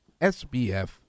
SBF